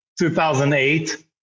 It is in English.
2008